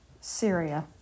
Syria